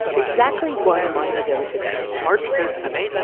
exactly one month ago today march thirteen,